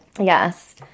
Yes